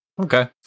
okay